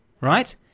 right